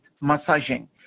massaging